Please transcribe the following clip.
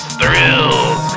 thrills